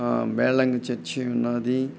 Velangi church ఉంది